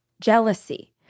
Jealousy